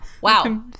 wow